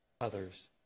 others